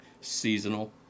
Seasonal